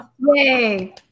Yay